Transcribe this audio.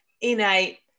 innate